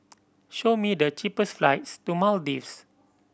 show me the cheapest flights to Maldives